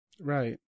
right